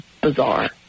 bizarre